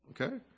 Okay